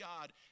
God